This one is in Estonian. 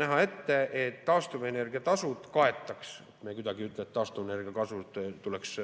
näha ette, et taastuvenergia tasu kaetaks. Me kuidagi ei ütle, et taastuvenergia tasu tuleks